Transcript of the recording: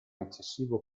eccessivo